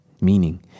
meaning